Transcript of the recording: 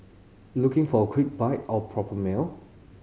looking for a quick bite or a proper meal